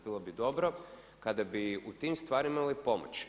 Bilo bi dobro kada bi u tim stvarima imali pomoć.